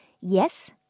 Yes